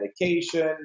medication